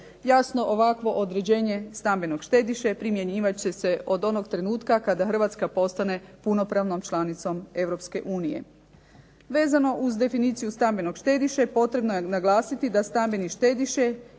Jasno ovakvo određenje stambenog štediše primjenjivat će se kada Hrvatska postane punopravnom članicom Europske unije. Vezano uz definiciju stambenog štediše potrebno je naglasiti da stambeni štediše